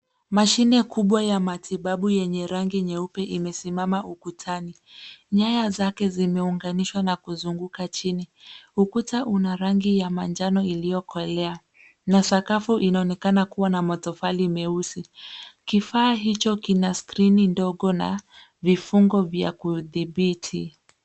Mashine kubwa ya matibabu yenye rangi nyeupe imesimama ukutani. Nyaya zake zimeunganishwa na kuzunguka chini. Ukuta una rangi ya manjano iliyokolea na sakafu inaonekana kuwa na matofali meusi. Kifaa hicho kina skrini ndogo na vifungo vya kudhibiti.